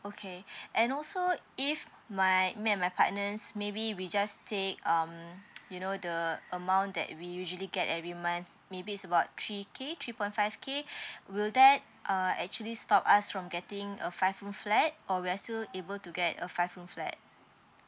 okay and also if my me and my partner maybe we just said um you know the amount that we usually get every month maybe is about three k three point five k will that uh actually stop us from getting a five room flat or we're still able to get a five room flat